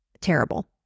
terrible